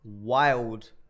wild